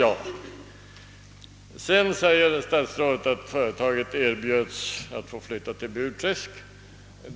Statsrådet säger att företaget erbjöds att få flytta till Burträsk.